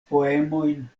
poemojn